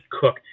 Cook